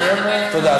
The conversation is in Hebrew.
תודה.